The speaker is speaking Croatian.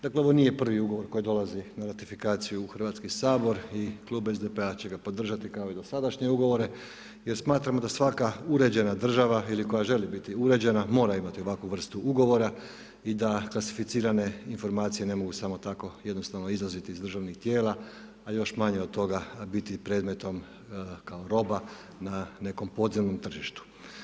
Dakle, ovo nije prvi ugovor koji dolazi na ratifikaciju u Hrvatski sabor i klub SDP-a će ga podržati kao i dosadašnje ugovore, jer smatramo da svaka uređena država ili koja želi biti uređena mora imati ovakvu vrstu ugovora i da klasificirane informacije ne mogu samo tako jednostavno izlaziti iz državnih tijela, a još manje od toga biti predmetom kao roba na nekom podzemnom tržištu.